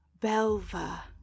Belva